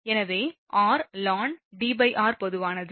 எனவே r ln Dr பொதுவானது